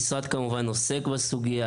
כמובן שהמשרד עוסק בסוגיה.